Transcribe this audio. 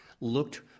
looked